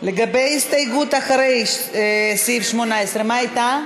לגבי ההסתייגות אחרי סעיף 18, מה אתה?